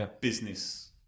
business